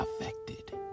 affected